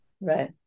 right